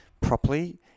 properly